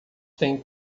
têm